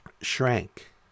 shrank